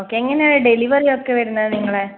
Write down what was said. okay എങ്ങനെയാണ് delivery ഒക്കെ വരുന്നത് നിങ്ങളുടെ